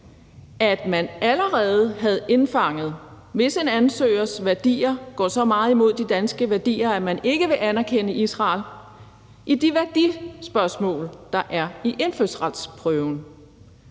at man allerede havde indfanget, hvis en ansøgers værdier går så meget imod de danske værdier, at man ikke vil anerkende Israel, i de værdispørgsmål, der er i indfødsretsprøven.